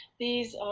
these